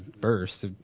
burst